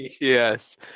Yes